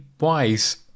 wise